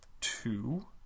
two